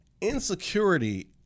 insecurity